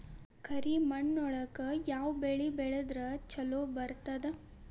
ಕರಿಮಣ್ಣೊಳಗ ಯಾವ ಬೆಳಿ ಬೆಳದ್ರ ಛಲೋ ಬರ್ತದ?